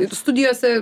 ir studijose